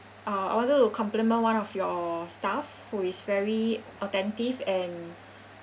uh I wanted to compliment one of your staff who is very attentive and